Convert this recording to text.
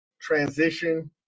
transition